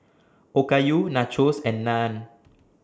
Okayu Nachos and Naan